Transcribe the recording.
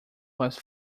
was